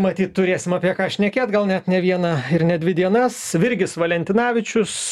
matyt turėsim apie ką šnekėt gal net ne vieną ir ne dvi dienas virgis valentinavičius